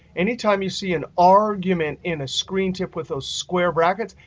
anytime you see an argument in a screen tip with those square brackets,